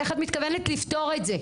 איך את מתכוונת לפתור את זה?